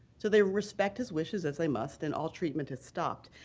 so they respect his wishes as they must and all treatment has stopped.